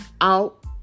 out